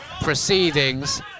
proceedings